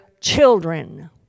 children